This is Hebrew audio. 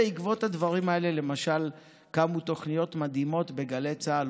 בעקבות הדברים האלה קמו תוכניות מדהימות בגלי צה"ל,